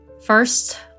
First